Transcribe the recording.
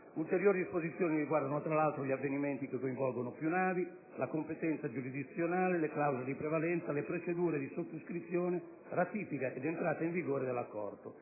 Ulteriori disposizioni riguardano, tra l'altro, gli avvenimenti che coinvolgono più navi, la competenza giurisdizionale, le clausole di prevalenza, le procedure di sottoscrizione, ratifica ed entrata in vigore dell'Accordo.